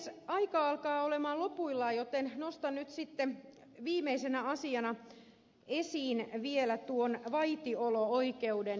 aika alkaa olla lopuillaan joten nostan nyt sitten viimeisenä asiana esiin vielä tuon vaitiolo oikeuden